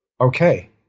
okay